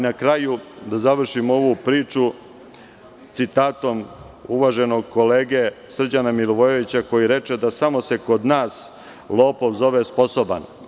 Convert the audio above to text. Na kraju, da završim ovu priču citatom uvaženog kolege Srđana Milivojevića, koji reče da samo se kod nas lopov zove sposoban.